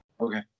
Okay